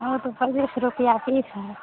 वो तो पच्चीस रुपैया पीस है